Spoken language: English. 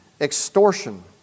extortion